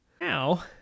Now